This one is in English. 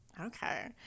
Okay